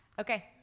Okay